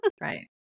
Right